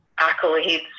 accolades